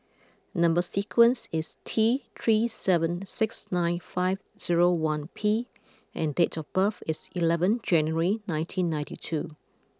number sequence is T three seven six nine five zero one P and date of birth is eleven January nineteen ninety two